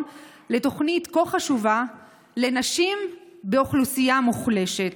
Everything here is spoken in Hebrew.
לתוכנית כה חשובה לנשים באוכלוסייה מוחלשת.